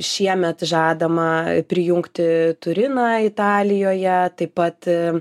šiemet žadama prijungti turiną italijoje taip pat